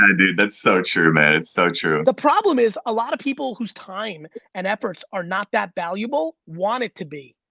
and dude that's so true man, it's so true. the problem is, a lot of people who's time and efforts are not that valuable, want it to be.